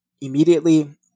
immediately